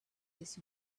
this